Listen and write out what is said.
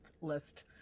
list